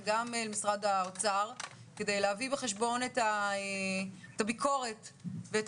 וגם למשרד האוצר כדי להביא בחשבון את הביקורת ואת